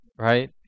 Right